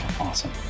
Awesome